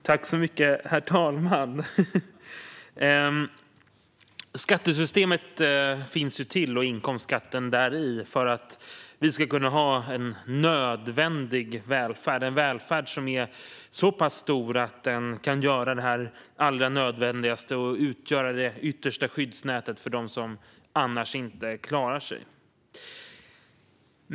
Herr talman! Skattesystemet och inkomstskatten finns för att vi ska kunna ha en nödvändig välfärd. Det ska vara en välfärd som är så pass stor att den kan göra det allra nödvändigaste och utgöra det yttersta skyddsnätet för dem som annars inte klarar sig.